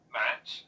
match